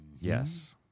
Yes